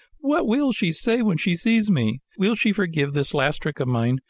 what will she say when she sees me? will she forgive this last trick of mine?